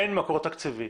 אין מקור תקציבי.